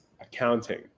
accounting